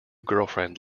girlfriend